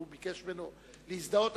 והוא ביקש ממנו להזדהות.